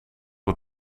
het